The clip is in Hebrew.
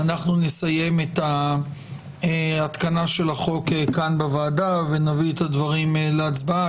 אנחנו נסיים את ההתקנה של החוק כאן בוועדה ונביא את הדברים להצבעה,